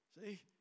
See